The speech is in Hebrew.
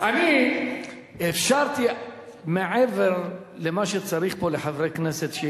אני אפשרתי מעבר למה שצריך פה לחברי כנסת,